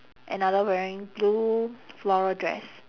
another wearing blue flora dress